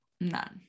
none